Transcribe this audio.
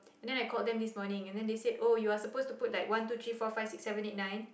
and then I called them this morning and then they said you are suppose to put like one two three four five six seven eight nine